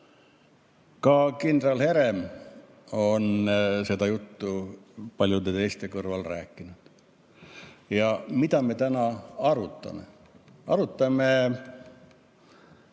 Ka kindral Herem on seda juttu paljude teiste kõrval rääkinud. Ja mida me täna arutame? Arutame